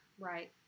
Right